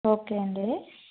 okay అండి